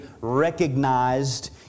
recognized